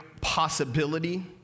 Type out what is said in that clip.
possibility